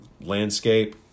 landscape